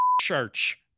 Church